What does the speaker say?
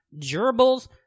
gerbils